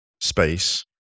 space